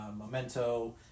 Memento